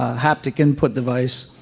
haptic input device.